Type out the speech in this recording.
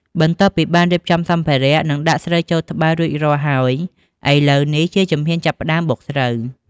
បន្ទាប់ពីបានរៀបចំសម្ភារៈ និងដាក់ស្រូវចូលត្បាល់រួចរាល់ហើយ ឥឡូវនេះជាជំហានចាប់ផ្ដើមបុកស្រូវ។